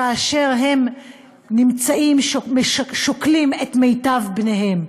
כאשר הם שוכלים את מיטב בניהם,